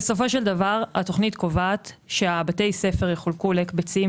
התוכנית קובעת שבתי הספר יחולקו להקבצים